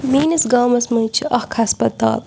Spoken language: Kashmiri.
میٛٲنِس گامَس منٛز چھِ اَکھ ہَسپَتال